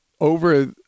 over